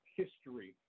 history